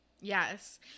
Yes